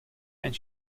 and